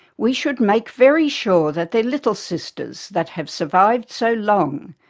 we should make very sure that their little sisters, that have survived so long,